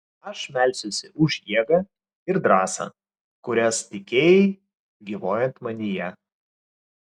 aš melsiuosi už jėgą ir drąsą kurias tikėjai gyvuojant manyje